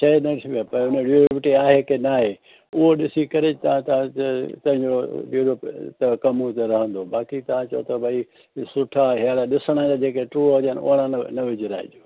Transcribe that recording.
शइ न ॾिसिबी आहे पर मां वियो हुउमि उते आहे की न आहे उहो ॾिसी करे तव्हां तव्हां पंहिंजो कमु उते रहंदो बाक़ी तव्हां चओ था भई सुठा अहिड़ा ॾिसण जा जेके टूर हुजनि ओड़ा न विझराइजो